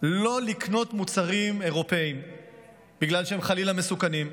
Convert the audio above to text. שלא לקנות מוצרים אירופיים בגלל שהם חלילה מסוכנים.